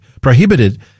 prohibited